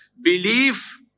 Belief